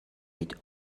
with